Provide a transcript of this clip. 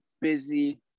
busy